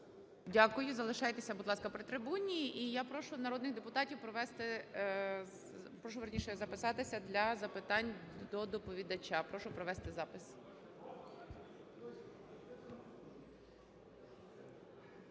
Дякую. Залишайтесь, будь ласка, при трибуні. І я прошу народних депутатів провести... Прошу, вірніше, записатися для запитань до доповідача. Прошу провести запис.